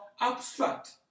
abstract